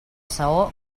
saó